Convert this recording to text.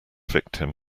victim